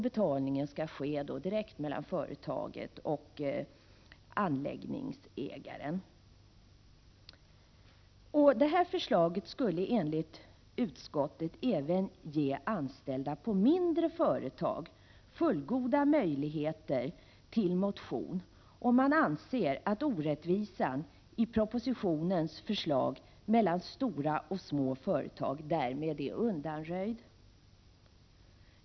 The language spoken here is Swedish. Betalningen skall ske direkt mellan företagaren och anläggningsägaren. Förslaget skulle enligt utskottet även ge anställda på mindre företag fullgoda möjligheter till motion, och man anser att orättvisan i propositionens förslag mellan stora och små företag därmed är undanröjd.